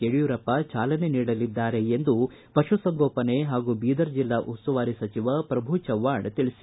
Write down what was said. ಯಡಿಯೂರಪ್ಪ ಚಾಲನೆ ನೀಡಲಿದ್ದಾರೆ ಎಂದು ಪಶು ಸಂಗೋಪನೆ ಹಾಗೂ ಬೀದರ ಜಿಲ್ಲಾ ಉಸ್ತುವಾರಿ ಸಚಿವ ಪ್ರಭು ಚವ್ನಾಣ್ ಅವರು ತಿಳಿಸಿದ್ದಾರೆ